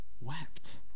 wept